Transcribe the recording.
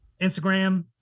Instagram